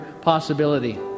possibility